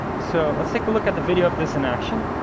so let's take a look at the video of this in action.